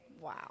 Wow